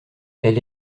elle